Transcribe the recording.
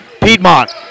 Piedmont